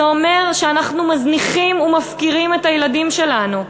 זה אומר שאנחנו מזניחים ומפקירים את הילדים שלנו.